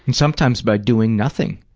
and sometimes by doing nothing,